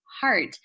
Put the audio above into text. heart